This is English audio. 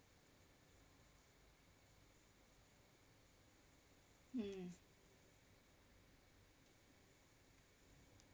um